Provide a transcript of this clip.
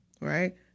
right